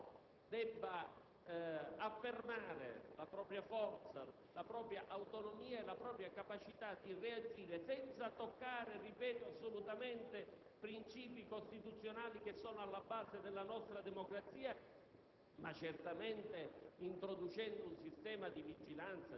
Penso che tutto questo debba finire. Ritengo che il Parlamento debba affermare la propria forza, la propria autonomia e la propria capacità di reagire senza toccare assolutamente, ripeto, princìpi costituzionali che sono alla base della nostra democrazia,